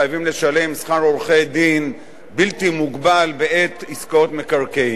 לשלם שכר עורכי-דין בלתי מוגבל בעת עסקאות מקרקעין.